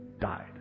died